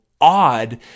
odd